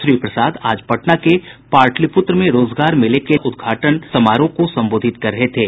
श्री प्रसाद आज पटना के पाटलिपुत्र में रोजगार मेले के उद्घाटन समारोह को संबोधित कर रहे थे